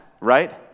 right